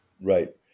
Right